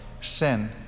sin